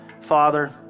Father